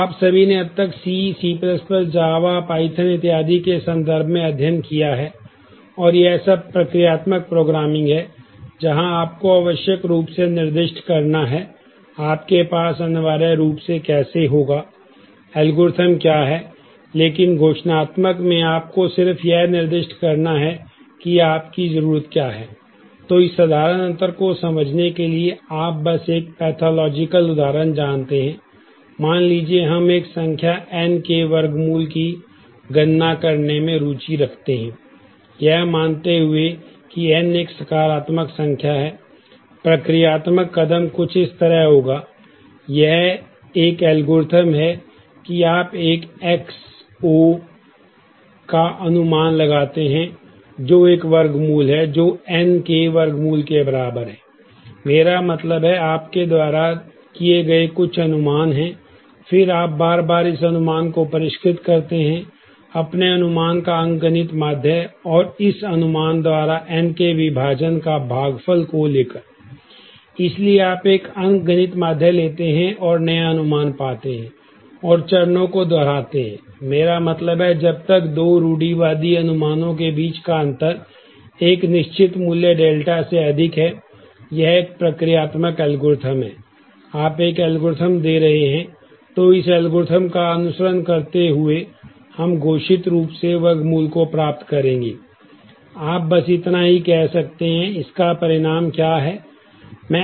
तो आप सभी ने अब तक C Cजावा का अनुसरण करते हुए हम घोषित रूप से वर्गमूल को प्राप्त करेंगे आप बस इतना ही कह सकते हैं इसका परिणाम क्या है